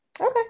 Okay